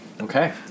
Okay